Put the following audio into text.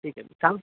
ठीक आहे